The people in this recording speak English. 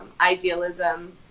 idealism